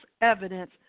evidence